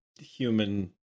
human